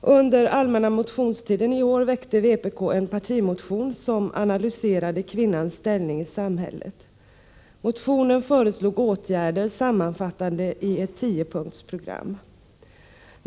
Under den allmänna motionstiden i år väckte vpk en partimotion som analyserade kvinnans ställning i samhället. Motionen föreslog åtgärder som var sammanfattade i ett tiopunktsprogram.